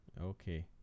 Okay